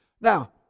Now